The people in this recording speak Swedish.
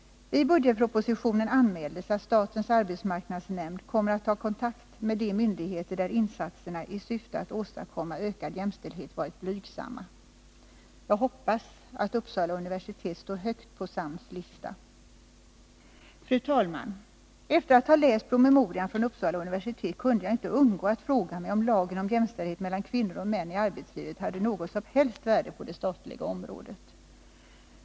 I budgetpropositionen anmäldes att statens arbetsmarknadsnämnd kommer att ta kontakt med de myndigheter där insatserna i syfte att åstadkomma ökad jämställdhet varit blygsamma. Jag hoppas att Uppsala universitet står högt på SAMN:s lista. Fru talman! Efter att ha läst promemorian från Uppsala universitet kunde jag inte undgå att fråga mig om lagen om jämställdhet mellan kvinnor och män i arbetslivet har något som helst värde på det statliga området.